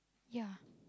yeah